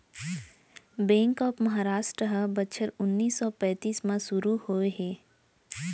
bank of Maharashtra ह बछर उन्नीस सौ पैतीस म सुरू होए हे